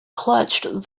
clutched